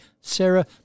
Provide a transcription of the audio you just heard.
Sarah